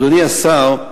אדוני השר,